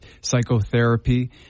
psychotherapy